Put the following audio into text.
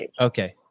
Okay